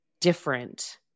different